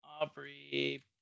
Aubrey